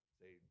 say